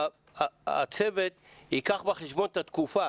שהצוות ייקח בחשבון את התקופה,